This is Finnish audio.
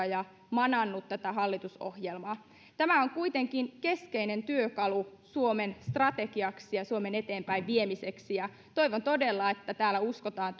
ja mananneet tätä hallitusohjelmaa tämä on kuitenkin keskeinen työkalu suomen strategiaksi ja suomen eteenpäin viemiseksi ja toivon todella että täällä uskotaan